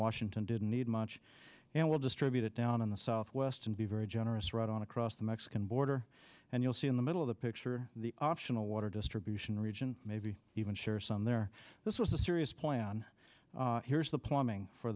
washington didn't need much and were distributed down in the southwest and be very generous right on across the mexican border and you'll see in the middle of the picture the optional water distribution region maybe even share some there this was a serious plan here's the plumbing for